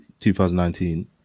2019